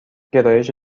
گرایش